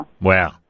Wow